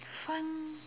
fun